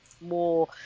more